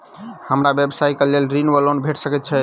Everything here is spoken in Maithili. हमरा व्यवसाय कऽ लेल ऋण वा लोन भेट सकैत अछि?